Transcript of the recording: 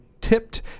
tipped